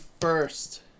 first